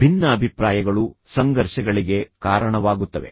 ಭಿನ್ನಾಭಿಪ್ರಾಯಗಳು ಸಂಘರ್ಷಗಳಿಗೆ ಕಾರಣವಾಗುತ್ತವೆ